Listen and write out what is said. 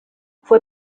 fue